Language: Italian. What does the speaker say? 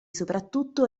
soprattutto